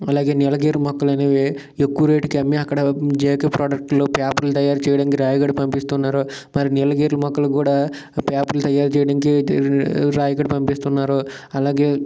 అలాగే నీలగిరి మొక్కలు అనేవి ఎక్కువ రేటుకి అమ్మి అక్కడ జేకే ప్రోడక్టులు పేపర్లు తయారు చేయడానికి రాయఘడ్ పంపిస్తున్నారు మరి నీలగిరి మొక్కలు కూడా పేపర్లు తయారీ చేయడానికి రాయఘడ్ పంపిస్తున్నారు అలాగే